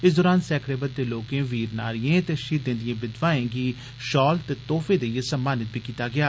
इस दौरान सैंकड़े बद्धे लोकें वीर नारियें ते शहीदें दिए विधवाए गी शाल ते तोहफे देइयै सम्मानित कीता गेआ